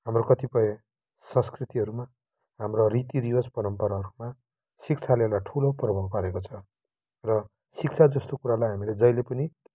हाम्रो कतिपय संस्कृतिहरूमा हाम्रो रीति रिवाज परम्पराहरूमा शिक्षाले एउटा ठुलो प्रभाव पारेको छ र शिक्षा जस्तो कुरालाई हामीले जहिले पनि